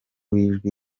w’ijwi